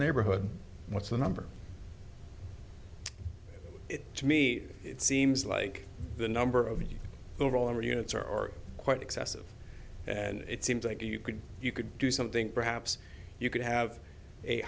neighborhood what's the number to me it seems like the number of the roller units or quite excessive and it seems like you could you could do something perhaps you could have a